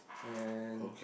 and